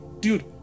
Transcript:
dude